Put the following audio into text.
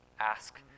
ask